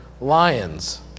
lions